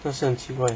但是很奇怪 leh